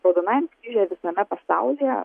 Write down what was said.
raudonajam kryžiuje visame pasaulyje